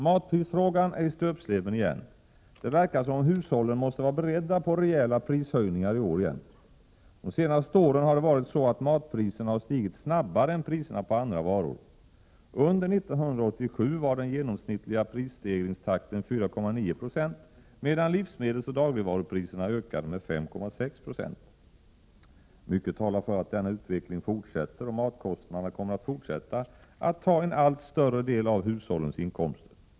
Matprisfrågan är i stöpsleven igen. Det verkar som om hushållen måste vara beredda på rejäla prishöjningar i år igen. De senaste åren har det varit så att matpriserna har stigit snabbare än priserna på andra varor. Under 1987 var den genomsnittliga prisstegringstakten 4,9 Ze, medan livsmedelsoch dagligvarupriserna ökade med 5,6 90. Mycket talar för att denna utveckling fortsätter och att matkostnaderna kommer att fortsätta att ta en allt större del av hushållens inkomster.